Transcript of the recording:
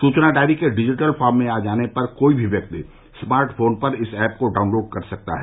सूचना डायरी के digital form मे आ जाने पर कोई भी व्यक्ति स्मार्ट फोन पर इस एप को डाउनलोड कर सकता है